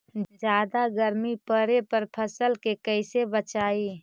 जादा गर्मी पड़े पर फसल के कैसे बचाई?